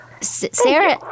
Sarah